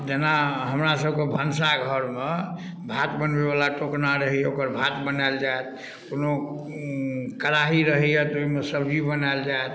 जेना हमरा सबके भनसा घरमे भात बनेबै बला टोकना रहे ओकर भात बनायल जाय कोनो कड़ाही रहैया तऽ ओहिमे सब्जी बनायल जाय